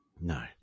No